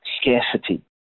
scarcity